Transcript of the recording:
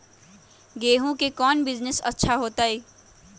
गेंहू के कौन बिजनेस अच्छा होतई?